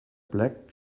black